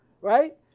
Right